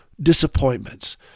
disappointments